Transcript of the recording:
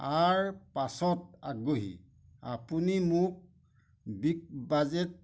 R পাঁচত আগ্ৰহী আপুনি মোক বিগ বাজেট